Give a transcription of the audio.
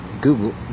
Google